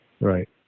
Right